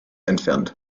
entfernt